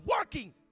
working